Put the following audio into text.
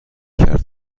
کرد